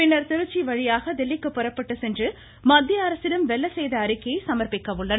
பின்னர் திருச்சி வழியாக தில்லிக்கு புறப்பட்டுச் சென்று மத்தியஅரசிடம் வெள்ள சேத அறிக்கையை சமர்ப்பிக்க உள்ளனர்